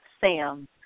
Sam